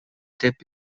деп